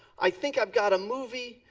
i think i've got a movie.